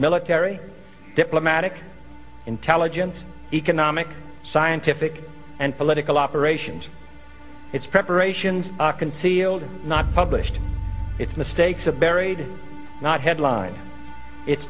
military diplomatic intelligence economic scientific and political operations its preparations are concealed not published its mistakes are buried not headline it